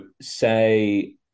say